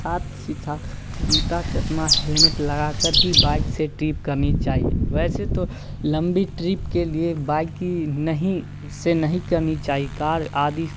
साथ सी सा जूता चश्मा हेलमेट लगाकर ही बाइक से ट्रिप करनी चाहिए वैसे लंबी ट्रिप के लिए बाइक की नहीं से नहीं करनी चाहिए कार आदि